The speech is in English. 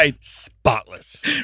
spotless